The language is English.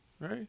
Right